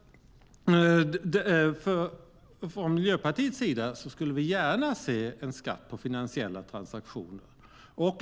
Miljöpartiet skulle gärna se en skatt på finansiella transaktioner.